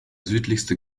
südlichste